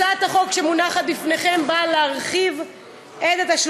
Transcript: הצעת החוק שבפניכם נועדה להרחיב את ההגנה על